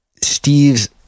Steve's